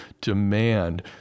demand